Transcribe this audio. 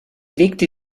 legte